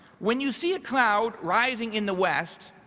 when you see a cloud rising in the west,